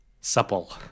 Supple